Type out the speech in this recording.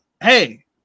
Hey